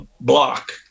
block